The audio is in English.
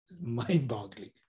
Mind-boggling